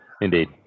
Indeed